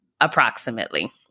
approximately